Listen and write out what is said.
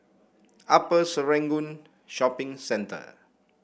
Upper Serangoon Shopping Centre